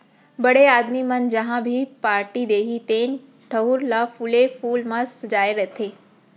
बड़े आदमी मन जहॉं भी पारटी देहीं तेन ठउर ल फूले फूल म सजाय रथें